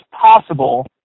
possible